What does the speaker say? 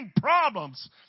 problems